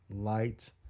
light